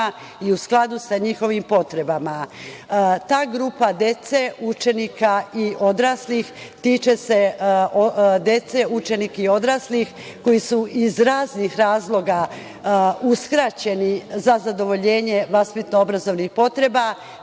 i u skladu sa njihovim potrebama. Ta grupa tiče se dece, učenika i odraslih koji su iz raznoraznih razloga uskraćeni za zadovoljenje vaspitno obrazovnih potreba,